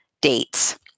dates